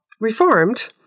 reformed